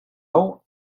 hau